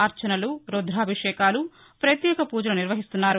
అర్చనలు రుద్రాభిషేకాలు ప్రత్యేకపూజలు నిర్వహిస్తున్నారు